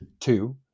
two